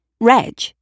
Reg